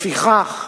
לפיכך,